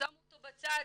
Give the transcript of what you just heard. שמו אותו בצד,